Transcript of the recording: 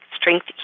strength